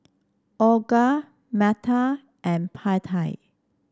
Olga Metta and Pattie